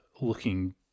looking